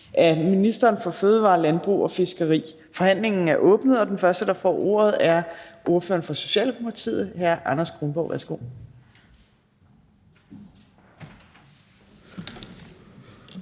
(Trine Torp): Mødet genoptages. Forhandlingen er åbnet, og den første, der får ordet, er ordføreren for Socialdemokratiet, hr. Anders Kronborg.